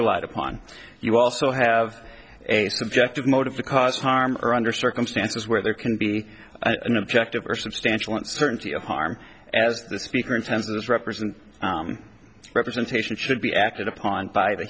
relied upon you also have a subjective motive to cause harm or under circumstances where there can be an objective or substantial uncertainty of harm as the speaker in terms of this represent representation should be acted upon by the